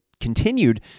continued